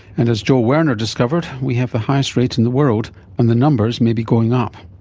and as joel werner discovered we have the highest rate in the world and the numbers may be going up.